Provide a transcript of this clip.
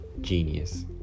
genius